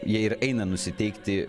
jie ir eina nusiteikti